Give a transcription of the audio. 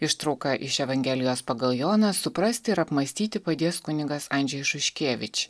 ištrauką iš evangelijos pagal joną suprasti ir apmąstyti padės kunigas andžejus šuškevič